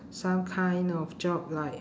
some kind of job like